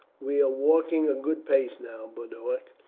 we are walking a good pace now, boduoc